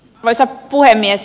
arvoisa puhemies